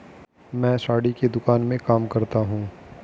मैं साड़ी की दुकान में काम करता हूं